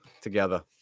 together